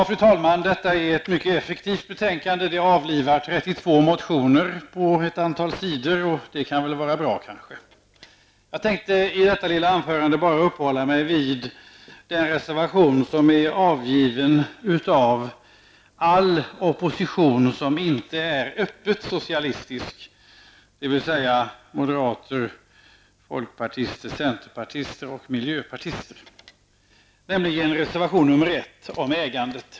Fru talman! Detta är ett mycket effektivt betänkande, som avlivar 32 motioner på ett antal sidor, och det kanske är bra. Jag skall i mitt lilla anförande uppehålla mig vid den reservation som är avgiven av all opposition som inte är öppet socialistisk, dvs. moderater, folkpartister, centerpartister och miljöpartister. Det gäller reservation 1 om ägandet.